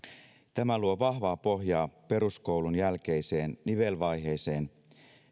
tämä luo vahvaa pohjaa peruskoulun jälkeiseen nivelvaiheeseen